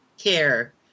care